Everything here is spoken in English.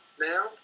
now